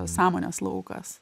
sąmonės laukas